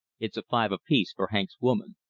it's a five apiece for hank's woman.